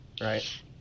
right